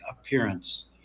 appearance